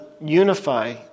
unify